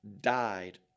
died